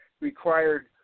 required